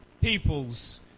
peoples